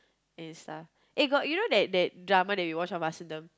and stuff eh got you know that that drama we we watch on Vasantham